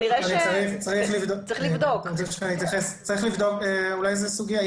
צריך לבדוק, אולי זאת סוגיה.